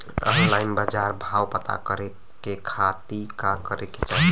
Online बाजार भाव पता करे के खाती का करे के चाही?